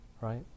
right